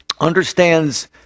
understands